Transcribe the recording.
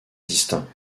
distincts